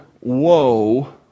woe